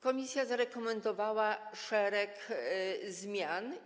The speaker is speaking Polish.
Komisja zarekomendowała szereg zmian.